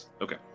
Okay